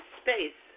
space